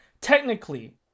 technically